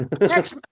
Next